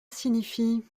signifie